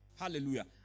Hallelujah